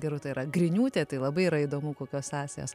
gerūta yra griniūtė tai labai yra įdomu kokios sąsajas